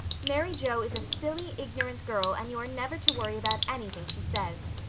mary joe is a silly, ignorant girl, and you are never to worry about anything she says,